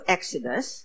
Exodus